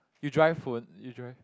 you drive phone you drive